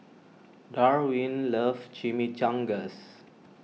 Darwin loves Chimichangas